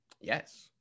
yes